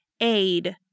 aid